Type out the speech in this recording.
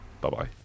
Bye-bye